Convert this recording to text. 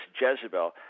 Jezebel